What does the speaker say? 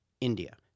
India